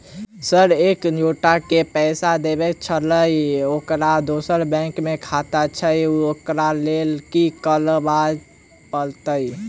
Sir एक एगोटा केँ पैसा देबाक छैय ओकर दोसर बैंक मे खाता छैय ओकरा लैल की करपरतैय?